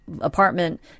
apartment